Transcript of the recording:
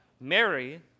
Mary